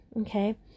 okay